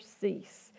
cease